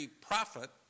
profit